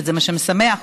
וזה מה שמשמח אותי,